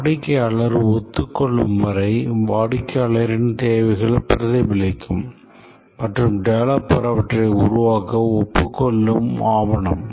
வாடிக்கையாளர் ஒத்துக்கொள்ளும் வரை வாடிக்கையாளரின் தேவைகளை பிரதிபலிக்கும் மற்றும் டெவலப்பர் அவற்றை உருவாக்க ஒப்புக்கொள் ளும் ஆவணம்